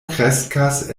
kreskas